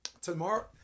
Tomorrow